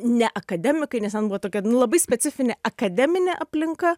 ne akademikai nes ten buvo tokia nu labai specifinė akademinė aplinka